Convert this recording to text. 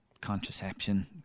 contraception